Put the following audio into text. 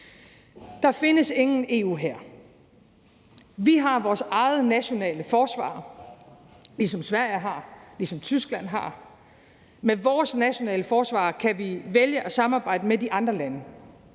Der findes ingen EU-hær. Vi har vores eget nationale forsvar, ligesom Sverige har og Tyskland har. Med vores nationale forsvar kan vi vælge at samarbejde med de andre lande.